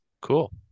Cool